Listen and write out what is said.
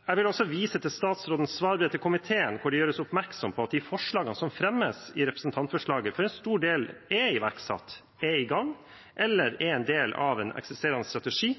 Jeg vil også vise til statsrådens svarbrev til komiteen, der det gjøres oppmerksom på at de forslagene som fremmes i representantforslaget, for en stor del er iverksatt, er i gang eller er en del av en eksisterende strategi,